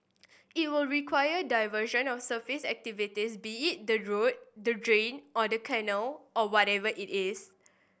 it will require diversion of surface activities be it the road the drain or the canal or whatever it is